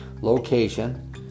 location